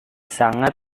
sangat